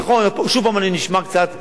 נכון, שוב אני נשמע קצת חריף.